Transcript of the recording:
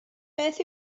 beth